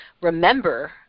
remember